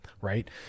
right